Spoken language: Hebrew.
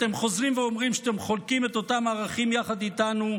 אתם חוזרים ואומרים שאתם חולקים את אותם ערכים יחד איתנו,